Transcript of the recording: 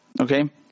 Okay